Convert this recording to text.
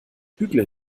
bügle